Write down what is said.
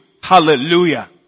Hallelujah